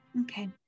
Okay